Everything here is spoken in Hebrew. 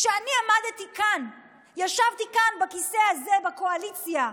כשאני ישבתי כאן בכיסא הזה בקואליציה,